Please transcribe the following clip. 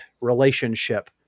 relationship